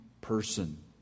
person